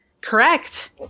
Correct